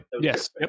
yes